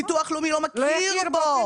ביטוח לאומי לא מכיר בו.